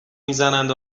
میزنند